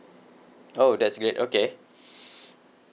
oh that's great okay